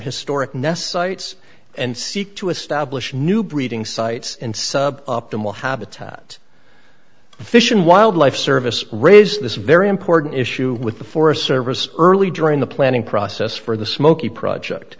historic nests ites and seek to establish new breeding sites in sub optimal habitat the fish and wildlife service raise this very important issue with the forest service early during the planning process for the smokey project